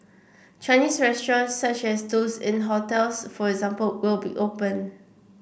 Chinese restaurant such as those in hotels for example will be open